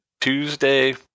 Tuesday